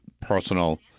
personal